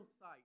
sight